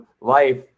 life